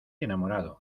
enamorado